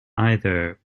either